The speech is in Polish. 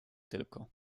tylko